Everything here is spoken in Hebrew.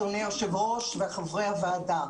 אדוני היושב-ראש וחברי הוועדה.